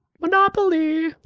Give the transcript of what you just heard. Monopoly